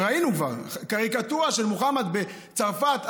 ראינו כבר קריקטורה של מוחמד בצרפת,